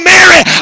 Mary